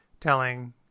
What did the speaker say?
telling